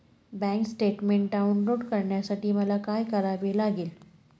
Bank statement download करण्यासाठी मला काय करावे लागेल?